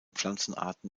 pflanzenarten